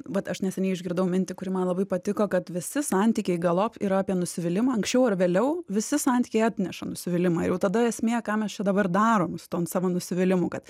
vat aš neseniai išgirdau mintį kuri man labai patiko kad visi santykiai galop yra apie nusivylimą anksčiau ar vėliau visi santykiai atneša nusivylimą jau tada esmė ką mes čia dabar darom su tuom savo nusivylimu kad